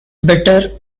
bitter